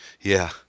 Yeah